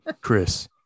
Chris